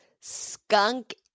skunk